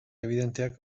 ebidenteak